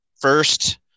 First